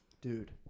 Dude